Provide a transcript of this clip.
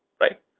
right